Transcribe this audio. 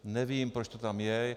Nevím, proč to tam je.